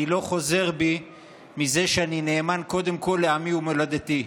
אני לא חוזר בי מזה שאני נאמן קודם כול לעמי ומולדתי.